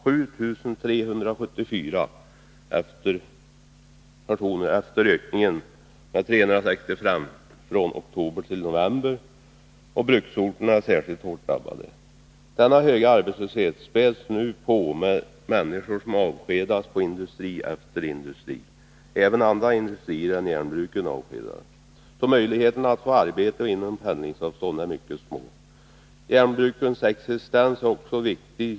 7 374 personer är arbetslösa efter ökningen med 365 från oktober till november, och bruksorterna är särskilt hårt drabbade. Denna höga arbetslöshet späds nu på med människor som avskedas vid industri efter industri. Även andra industrier än järnbruken avskedar, så möjligheterna att få arbete inom pendlingsavstånd är mycket små. Järnbrukens existens är viktig.